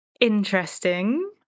Interesting